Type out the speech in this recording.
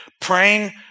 Praying